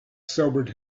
sobered